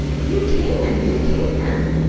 you can you can!